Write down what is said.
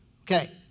Okay